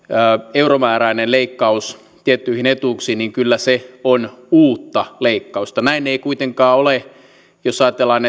euromääräinen leikkaus tiettyihin etuuksiin se on uutta leikkausta näin ei kuitenkaan ole jos ajatellaan